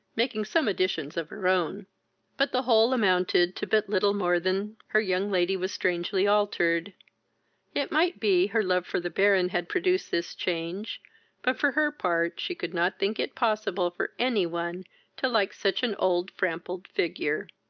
making some additions of her own but the whole amounted to but little more than her young lady was strangely altered it might be, her love for the baron had produced this change but, for her part, she could not think it possible for any one to like such an old frampled figure.